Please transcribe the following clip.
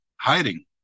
hiding